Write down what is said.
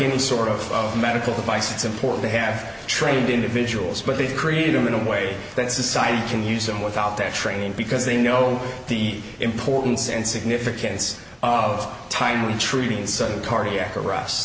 any sort of medical device it's important to have trained individuals but they've created them in a way that society can use them without their training because they know the importance and significance of time retrieving sudden cardiac arrest